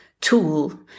tool